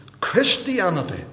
Christianity